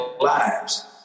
lives